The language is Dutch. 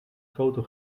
foto